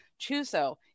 Chuso